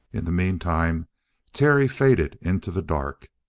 in the meantime terry faded into the dark.